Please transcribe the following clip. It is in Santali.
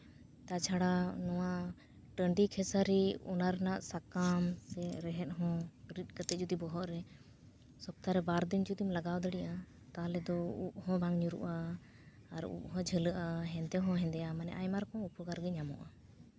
ᱛᱟᱪᱷᱟᱲᱟ ᱱᱚᱣᱟ ᱴᱟᱹᱰᱤ ᱠᱷᱮᱥᱟᱨᱤ ᱚᱱᱟ ᱨᱮᱱᱟᱜ ᱥᱟᱠᱟᱢ ᱥᱮ ᱨᱮᱦᱮᱫ ᱦᱚᱸ ᱨᱤᱫ ᱠᱟᱛᱮ ᱡᱩᱫᱤ ᱵᱚᱱ ᱵᱚᱦᱚᱜ ᱨᱮ ᱥᱚᱯᱛᱟ ᱨᱮ ᱵᱟᱨ ᱫᱤᱱ ᱡᱩᱫᱤ ᱵᱚᱱ ᱞᱟᱜᱟᱣ ᱫᱟᱲᱮᱭᱟᱜᱼᱟ ᱛᱟᱦᱞᱮ ᱫᱚ ᱩᱵ ᱦᱚᱸ ᱵᱟᱝ ᱧᱩᱨᱩᱜᱼᱟ ᱟᱨ ᱩᱵ ᱦᱚᱸ ᱡᱷᱟᱹᱞᱟᱹᱜᱼᱟ ᱦᱮᱸᱫᱮ ᱦᱚᱸ ᱦᱮᱸᱫᱮᱜᱼᱟ ᱢᱟᱱᱮ ᱟᱭᱢᱟ ᱨᱚᱠᱚᱢ ᱩᱯᱚᱠᱟᱨ ᱜᱮ ᱢᱮᱱᱟᱜᱼᱟ